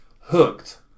hooked